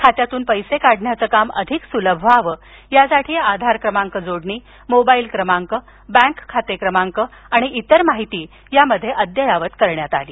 खात्यातून पैसे काढण्याचं काम सुलभ व्हावं यासाठी आधार क्रमांक जोडणी मोबाईल क्रमांक बँक खाते क्रमांक आणि इतर माहिती यामध्ये अद्ययावत करण्यात आली